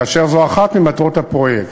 וזו אחת ממטרות הפרויקט.